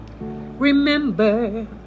Remember